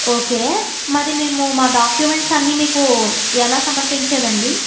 okay మరి మేము మా డాక్యుమెంట్స్ అన్నీ మీకు ఎలా సమర్పించేదండి